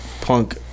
Punk